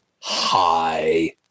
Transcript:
hi